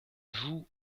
joue